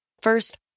First